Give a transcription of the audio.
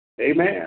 Amen